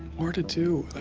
more to do. i